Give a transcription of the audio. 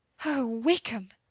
oh! wickham!